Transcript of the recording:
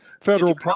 Federal